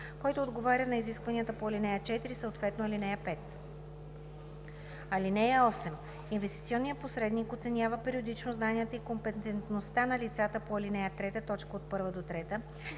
който отговаря на изискванията по ал. 4, съответно ал. 5. (8) Инвестиционният посредник оценява периодично знанията и компетентността на лицата по ал. 3, т.